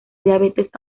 diabetes